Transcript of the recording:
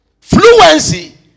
fluency